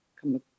come